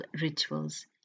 rituals